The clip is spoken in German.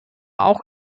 auch